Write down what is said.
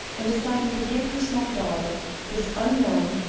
in deciding to give her small daughter this unknown,